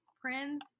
Prince